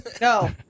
No